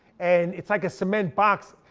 and it's like a cement box.